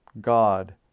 God